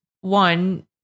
one